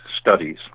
Studies